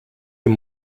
dem